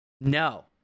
No